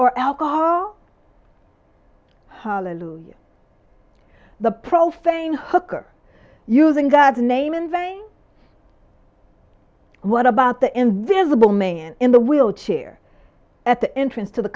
or alcohol hallelujah the profane hooker using god's name in vain what about the invisible man in the will chair at the entrance to the